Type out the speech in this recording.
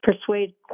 persuade